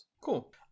cool